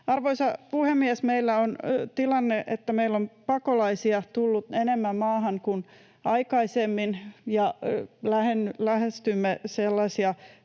Arvoisa puhemies! Meillä on tilanne, että meillä on pakolaisia tullut maahan enemmän kuin aikaisemmin, ja lähestymme sellaista